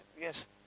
Yes